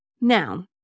Now